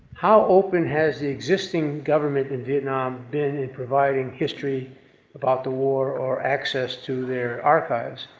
how open has the existing government in vietnam been in providing history about the war or access to their archives?